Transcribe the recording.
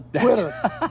Twitter